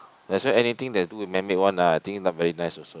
that's why anything that do with man made one ah I think not very nice also